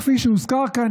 כפי שהוזכר כאן,